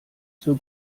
zur